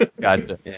Gotcha